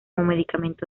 medicamento